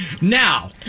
Now